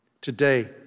Today